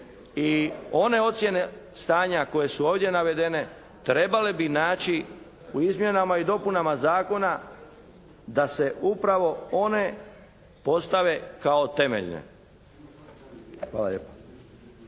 i one ocijene stanja koje su ovdje navedene trebale bi naći u izmjenama i dopunama zakona da se upravo one postave kao temeljne. Hvala lijepo.